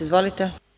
Izvolite.